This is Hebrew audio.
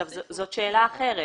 זאת שאלה אחרת.